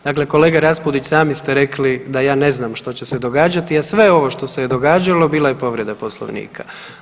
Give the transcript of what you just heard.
Dakle, kolega Raspudić sami ste rekli da ja ne znam što će se događati, a sve ovo što se je događalo bila je povreda Poslovnika.